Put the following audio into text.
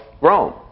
Rome